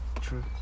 True